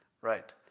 Right